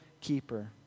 keeper